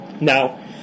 Now